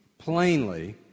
plainly